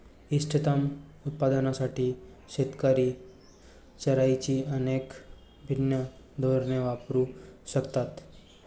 इष्टतम उत्पादनासाठी शेतकरी चराईची अनेक भिन्न धोरणे वापरू शकतात